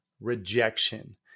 rejection